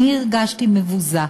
אני הרגשתי מבוזה.